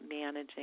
managing